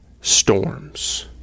storms